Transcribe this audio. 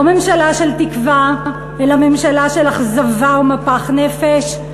לא ממשלה של תקווה, אלא ממשלה של אכזבה ומפח נפש.